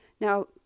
Now